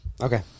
Okay